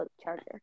charger